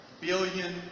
billion